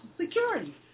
Security